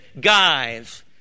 guys